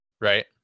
right